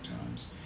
Times